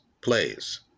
plays